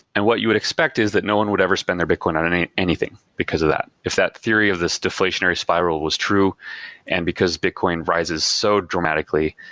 and what you would expect is that no one would ever spend their bitcoin on um anything because of that. if that theory of this deflationary spiral was true and because bitcoin rises so dramatically,